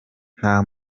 nta